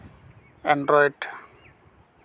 android